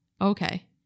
Okay